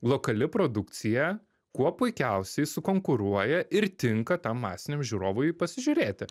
lokali produkcija kuo puikiausiai sukonkuruoja ir tinka tam masiniam žiūrovui pasižiūrėti